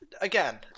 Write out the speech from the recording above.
again